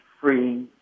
free